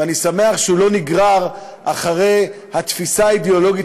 ואני שמח שהוא לא נגרר אחרי התפיסה האידאולוגית